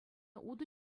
утӑ